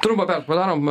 trumpą padarom